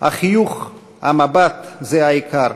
"החיוך, המבט, זה העיקר.